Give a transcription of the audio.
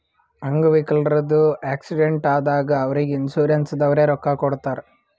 ಅಂಗ್ ವಿಕಲ್ರದು ಆಕ್ಸಿಡೆಂಟ್ ಆದಾಗ್ ಅವ್ರಿಗ್ ಇನ್ಸೂರೆನ್ಸದವ್ರೆ ರೊಕ್ಕಾ ಕೊಡ್ತಾರ್